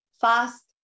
fast